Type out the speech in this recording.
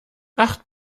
acht